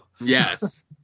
Yes